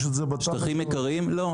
לא.